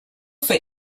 for